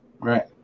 Right